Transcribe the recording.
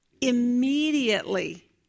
Immediately